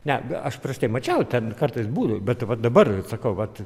ne aš prieš tai mačiau ten kartais būna bet va dabar sakau vat